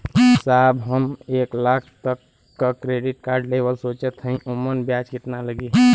साहब हम एक लाख तक क क्रेडिट कार्ड लेवल सोचत हई ओमन ब्याज कितना लागि?